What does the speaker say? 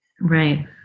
Right